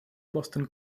boston